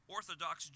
Orthodox